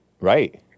Right